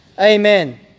Amen